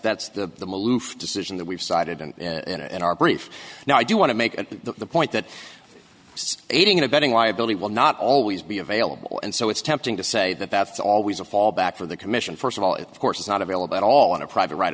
that's the decision that we've cited and in our brief now i do want to make a point that aiding and abetting liability will not always be available and so it's tempting to say that that's always a fallback for the commission first of all it course is not available at all in a private r